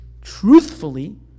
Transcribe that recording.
truthfully